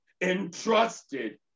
entrusted